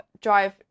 drive